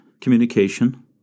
communication